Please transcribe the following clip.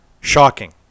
shocking